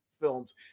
films